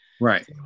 Right